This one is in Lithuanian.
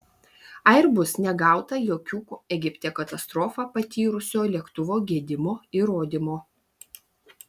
airbus negauta jokių egipte katastrofą patyrusio lėktuvo gedimų įrodymo